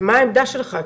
מה העמדה שלך?